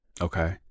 okay